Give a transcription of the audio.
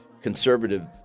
conservative